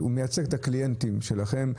הוא מייצג את הקליינטים שלכם.